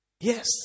Yes